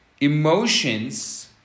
Emotions